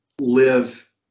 live